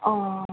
অ